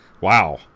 Wow